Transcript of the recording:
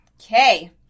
Okay